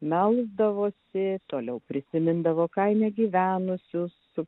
melsdavosi toliau prisimindavo kaime gyvenusius